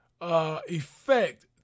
effect